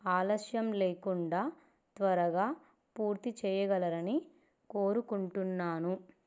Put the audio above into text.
ఆలస్యం లేకుండా త్వరగా పూర్తి చేయగలరని కోరుకుంటున్నాను